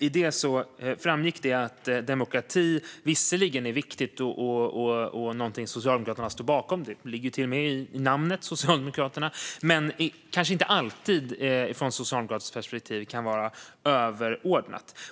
I det framgick att demokrati visserligen är viktigt och någonting som Socialdemokraterna står bakom - det ligger ju till och med i namnet Socialdemokraterna - men som samtidigt från socialdemokratiskt perspektiv kanske inte alltid kan vara överordnat.